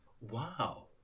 Wow